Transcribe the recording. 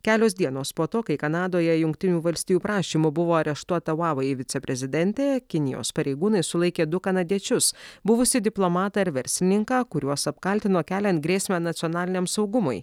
kelios dienos po to kai kanadoje jungtinių valstijų prašymu buvo areštuota vavai viceprezidentė kinijos pareigūnai sulaikė du kanadiečius buvusį diplomatą ir verslininką kuriuos apkaltino keliant grėsmę nacionaliniam saugumui